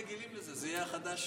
להלן תוצאות ההצבעה: 47 בעד, אחד נגד.